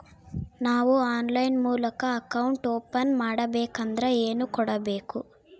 ನಾವು ಆನ್ಲೈನ್ ಮೂಲಕ account open ಮಾಡಬೇಂಕದ್ರ ಏನು ಕೊಡಬೇಕು?